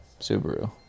Subaru